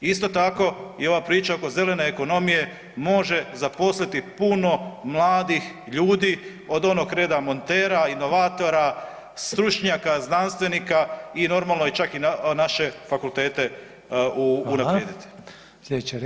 Isto tako i ova priča oko zelene ekonomije može zaposliti puno mladih ljudi od onog reda montera, inovatora, stručnjaka, znanstvenika i normalno i čak naše fakulteta unaprijediti.